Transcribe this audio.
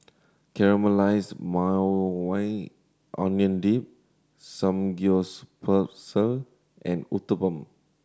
Caramelized Maui Onion Dip Samgyeopsal and Uthapam